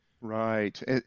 Right